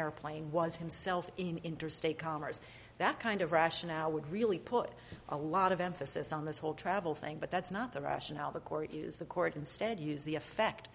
airplane was himself in interstate commerce that kind of rationale would really put a lot of emphasis on this whole travel thing but that's not the rationale the court use the court instead use the effect